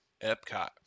Epcot